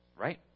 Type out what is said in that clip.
right